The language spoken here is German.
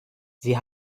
sie